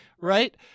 right